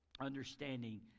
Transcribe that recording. understanding